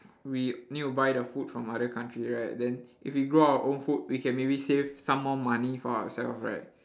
we need to buy the food from other country right then if we grow our own food we can maybe save some more money for our self right